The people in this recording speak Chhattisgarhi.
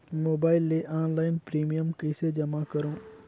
मोबाइल ले ऑनलाइन प्रिमियम कइसे जमा करों?